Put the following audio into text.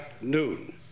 noon